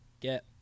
get